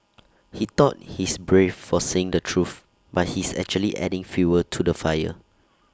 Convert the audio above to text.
he thought he's brave for saying the truth but he's actually adding fuel to the fire